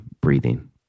breathing